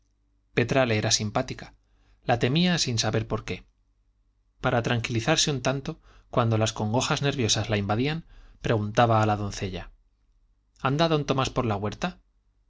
le era antipática la temía sin saber por qué para tranquilizarse un tanto cuando las congojas nerviosas la invadían preguntaba a la doncella anda don tomás por la huerta